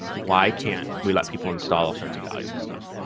why can't we let people install all sorts of valuable stuff?